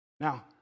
Now